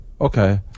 Okay